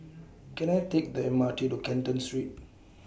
Can I Take The M R T to Canton Street